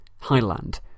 highland